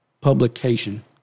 publication